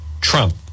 Trump